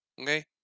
Okay